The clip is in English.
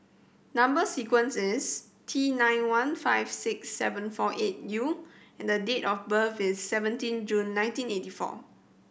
number sequence is T nine one five six seven four eight U and date of birth is seventeen June nineteen eighty four